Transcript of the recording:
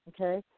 okay